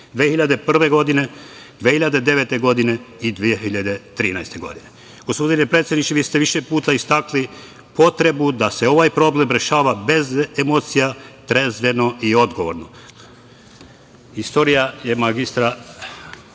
2001, 2009. i 2013. godine. Gospodine predsedniče, vi ste više puta istakli potrebu da se ovaj problem rešava bez emocija, trezveno i odgovorno. Istorija je magistra